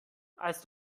als